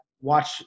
watch